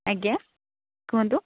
ଆଜ୍ଞା କୁହନ୍ତୁ